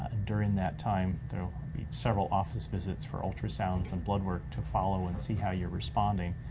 during that time there will be several office visits for ultrasounds and blood work to follow and see how you're responding.